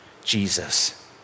Jesus